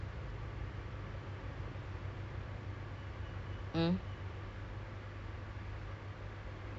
some more there's not much um my area there is just macam industrial there's not much activity going around